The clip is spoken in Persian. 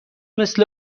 مثل